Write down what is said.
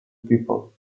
people